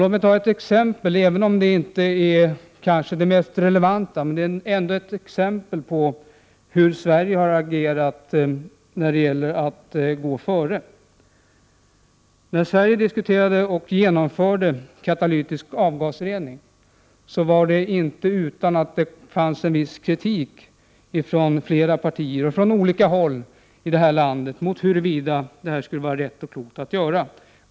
Låt mig ta ett exempel, som kanske inte är det mest relevanta, men det visar ändå hur Sverige har agerat och gått före. : När Sverige införde katalytisk avgasrening, var det inte utan att det framfördes viss kritik från flera partier och från olika håll i landet, där det ifrågasattes om beslutet var klokt.